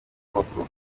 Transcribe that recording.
nkoko